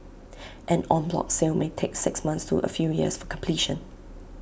an en bloc sale may take six months to A few years for completion